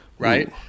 Right